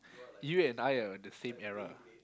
you and I are in the same era